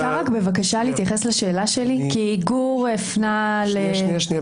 אפשר רק בבקשה להתייחס לשאלה שלי כי גור הפנה ל --- שנייה.